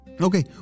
okay